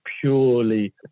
purely